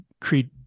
create